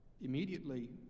Immediately